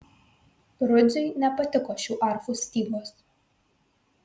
rudziui nepatiko šių arfų stygos